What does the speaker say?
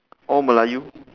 all melayu